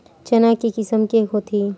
चना के किसम के होथे?